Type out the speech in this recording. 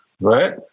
right